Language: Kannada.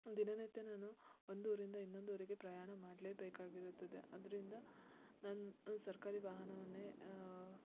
ದಿನ ನಿತ್ಯ ನಾನು ಒಂದು ಊರಿಂದ ಇನ್ನೊಂದು ಊರಿಗೆ ಪ್ರಯಾಣ ಮಾಡಲೇ ಬೇಕಾಗಿರುತ್ತದೆ ಅದರಿಂದ ನಾನು ಸರ್ಕಾರಿ ವಾಹನವನ್ನೇ